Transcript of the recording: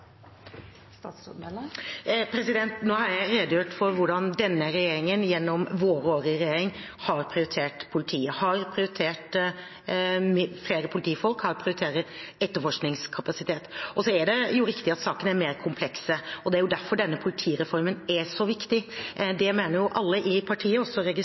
Nå har jeg redegjort for hvordan denne regjeringen gjennom våre år i regjering har prioritert politiet, har prioritert flere politifolk, har prioritert etterforskningskapasiteten. Så er det riktig at sakene er mer komplekse. Det er derfor denne politireformen er så viktig. Det mener alle i partiet,